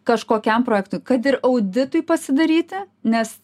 kažkokiam projektui kad ir auditui pasidaryti nes